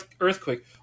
earthquake